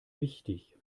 wichtig